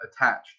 attached